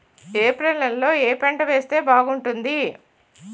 April నెలలో ఏ పంట వేస్తే బాగుంటుంది?